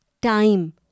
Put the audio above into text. Time